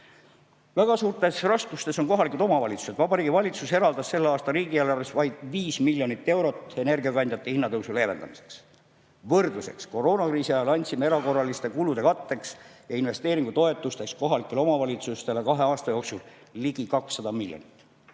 Väga suurtes raskustes on kohalikud omavalitsused. Vabariigi Valitsus eraldas selle aasta riigieelarves vaid 5 miljonit eurot energiakandjate hinnatõusu leevendamiseks. Võrdluseks, koroonakriisi ajal andsime erakorraliste kulude katteks ja investeeringutoetusteks kohalikele omavalitsustele kahe aasta jooksul ligi 200 miljonit.